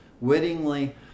wittingly